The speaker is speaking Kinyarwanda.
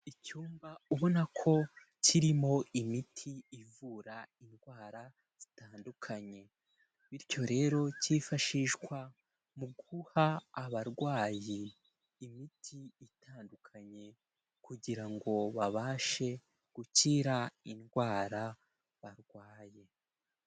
Icyumba ubona ko kirimo imiti ivura indwara zitandukanye, bityo rero cyifashishwa mu guha abarwayi imiti itandukanye kugira ngo babashe gukira indwara barwaye.